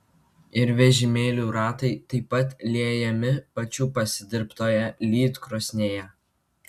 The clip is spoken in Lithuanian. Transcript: ir vežimėlių ratai taip pat liejami pačių pasidirbtoje lydkrosnėje